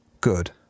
good